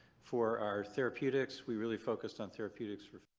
for our therapeutics we really focused on therapeutics for